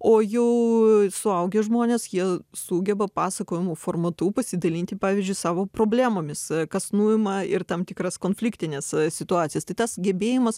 o jau suaugę žmonės jie sugeba pasakojimų formatu pasidalinti pavyzdžiui savo problemomis kas nuima ir tam tikras konfliktines situacijas tai tas gebėjimas